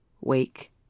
wake